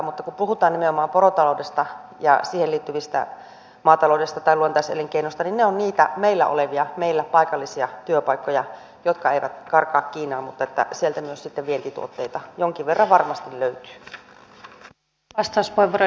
mutta kun puhutaan nimenomaan porotaloudesta ja siihen liittyvistä maataloudesta ja luontaiselinkeinoista niin ne ovat niitä meillä olevia paikallisia työpaikkoja jotka eivät karkaa kiinaan mutta sieltä myös sitten vientituotteita jonkin verran varmasti löytyy